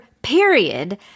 period